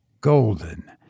golden